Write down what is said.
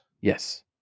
Yes